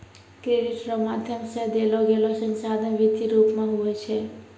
credit रो माध्यम से देलोगेलो संसाधन वित्तीय रूप मे हुवै छै